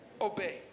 obey